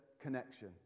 connection